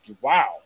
wow